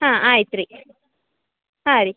ಹಾಂ ಆಯ್ತು ರೀ ಹಾಂ ರೀ